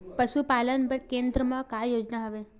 पशुपालन बर केन्द्र म का योजना हवे?